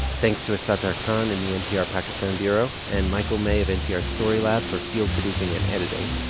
thanks to asattar kahn and the npr pakistan bureau and michael may of npr story lab for field producing and editing.